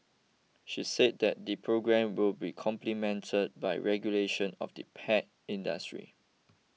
she said that the programme will be complemented by regulation of the pet industry